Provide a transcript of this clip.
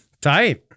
Tight